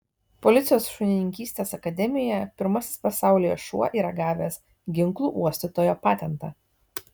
policijos šunininkystės akademijoje pirmasis pasaulyje šuo yra gavęs ginklų uostytojo patentą